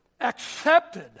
accepted